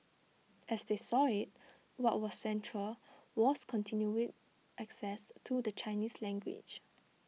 as they saw IT what was central was continued access to the Chinese language